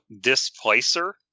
Displacer